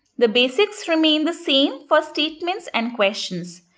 the basics remain the same for statements and questions.